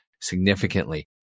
significantly